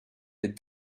les